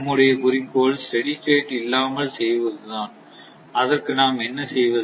நம்முடைய குறிக்கோள் steady state இல்லாமல் செய்வதுதான் அதற்கு நாம் என்ன செய்வது